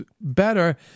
better